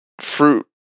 Fruit